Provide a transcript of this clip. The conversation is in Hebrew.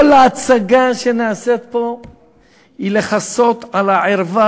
כל ההצגה שנעשית פה היא לכסות על הערווה,